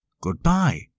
goodbye